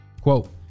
quote